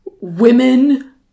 women